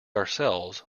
ourselves